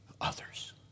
others